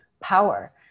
power